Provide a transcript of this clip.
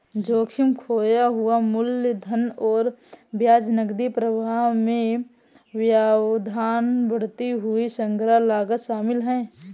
जोखिम, खोया हुआ मूलधन और ब्याज, नकदी प्रवाह में व्यवधान, बढ़ी हुई संग्रह लागत शामिल है